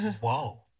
Whoa